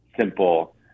simple